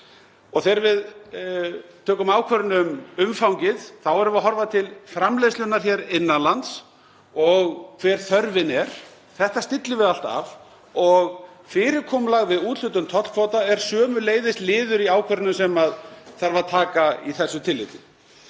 Þegar við tökum ákvörðun um umfangið erum við að horfa til framleiðslunnar hér innan lands og hver þörfin er. Þetta stillum við allt af. Fyrirkomulag við úthlutun tollkvóta er sömuleiðis liður í ákvörðunum sem taka þarf í þessu tilliti.